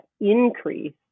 increase